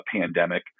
pandemic